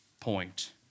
point